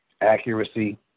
accuracy